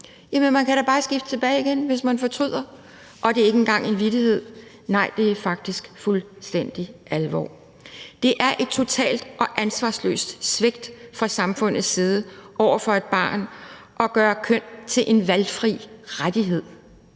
Jamen man kan da bare skifte tilbage igen, hvis man fortryder, siges det. Og det er ikke engang en vittighed; det er faktisk fuldstændig alvorligt ment. Det er ansvarsløst og et totalt svigt fra samfundets side over for et barn at gøre køn til en valgfri rettighed.